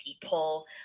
people